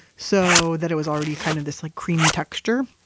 so that it was already kind of this like creamy texture.